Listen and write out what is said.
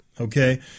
okay